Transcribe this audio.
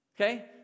Okay